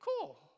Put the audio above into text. cool